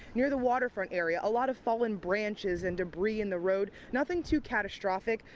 near the waterfront area a lot of fallen branches and debris in the road. nothing too catastrophic.